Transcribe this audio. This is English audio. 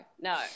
no